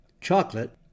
Chocolate